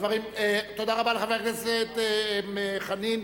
תודה רבה לחבר הכנסת חנין.